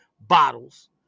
bottles